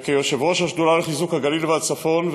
כיושב-ראש השדולה לחיזוק הגליל והצפון,